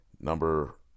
number